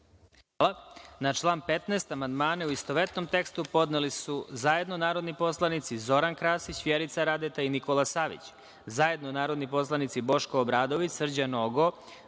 Hvala. Na član 15. amandmane, u istovetnom tekstu, podneli su zajedno narodni poslanici Zoran Krasić, Vjerica Radeta i Nikola Savić, zajedno narodni poslanici Boško Obradović, Srđan Nogo,